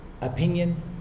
opinion